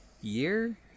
year